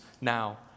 now